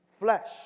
Flesh